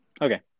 Okay